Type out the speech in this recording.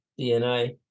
DNA